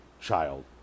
child